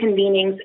convenings